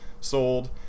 sold